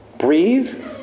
Breathe